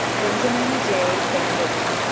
benjamin j. vanderwerp.